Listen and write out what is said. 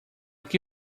que